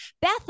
Beth